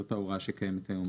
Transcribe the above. זאת ההוראה שקיימת היום.